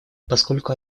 поскольку